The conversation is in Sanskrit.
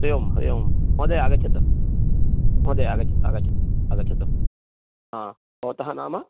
हरिः ओं हरिः ओं महोदय आगच्छतु महोदय आगच्छतु आगच्छतु आगच्छतु भवतः नाम